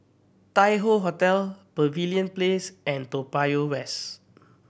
Tai Hoe Hotel Pavilion Place and Toa Payoh West